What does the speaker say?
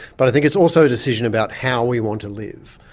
but i think it's also a decision about how we want to live,